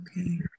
Okay